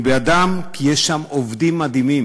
אני בעדם, כי יש שם עובדים מדהימים,